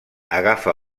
agafa